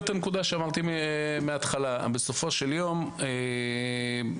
בסופו של דבר,